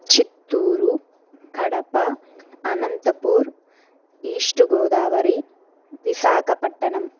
Chittoor Kadapa Anantapur east Godavari Visakhapatnam